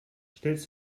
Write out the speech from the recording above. stellst